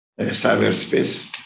cyberspace